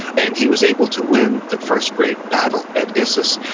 and he was able to win the first great battle at issus,